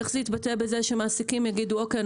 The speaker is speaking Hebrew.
איך זה יתבטא בזה שמעסיקים יגידו: אוקיי,